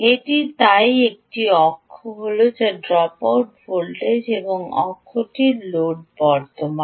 এটি তাই এটি অক্ষটি হল ড্রপআউট ভোল্টেজ এবং এই অক্ষটি লোড বর্তমান